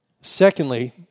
Secondly